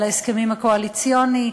על ההסכמים הקואליציוניים,